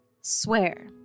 Swear